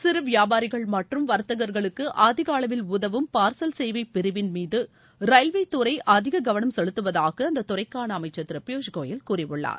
சிறு வியாபாரிகள் மற்றும் வர்த்தகர்களுக்கு அதிக அளவில் உதவும் பார்சல் பிரிவின் மீது ரயில்வேத் துறை அதிக கவனம் செலுத்துவதாக அந்தத் துறைக்கான அமைச்சர் திரு பியூஷ் கோயல் கூறியுள்ளார்